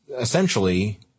essentially